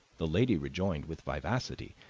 the lady rejoined, with vivacity,